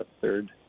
third